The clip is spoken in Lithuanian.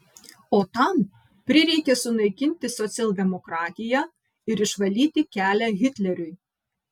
o tam prireikė sunaikinti socialdemokratiją ir išvalyti kelią hitleriui